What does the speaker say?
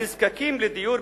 הנזקקים לדיור,